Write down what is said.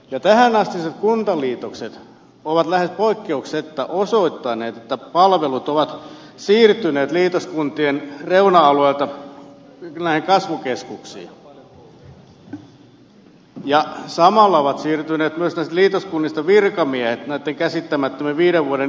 ja tähänastiset kuntaliitokset ovat lähes poikkeuksetta osoittaneet että palvelut ovat siirtyneet liitoskuntien reuna alueilta näihin kasvukeskuksiin ja samalla ovat siirtyneet myös näistä liitoskunnista virkamiehet näitten käsittämättömien viiden vuoden irtisanomissuojien turvin